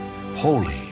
holy